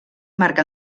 marc